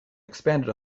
expanded